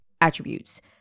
attributes